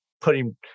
putting